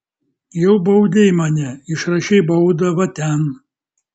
jau baudei mane išrašei baudą va ten